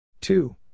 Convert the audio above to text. Two